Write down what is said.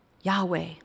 Yahweh